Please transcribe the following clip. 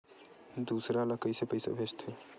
दूसरा ला कइसे पईसा भेजथे?